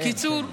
בקיצור,